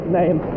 name